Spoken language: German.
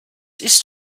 ist